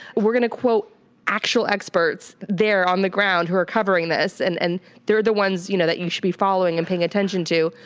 we're gonna quote actual experts there on the ground who are covering this, and and they're the ones you know that you should be following and paying attention to.